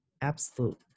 absolute